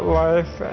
life